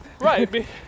Right